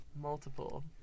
multiple